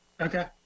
Okay